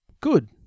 Good